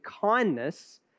kindness